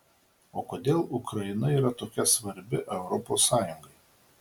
o kodėl ukraina yra tokia svarbi europos sąjungai